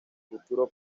futuro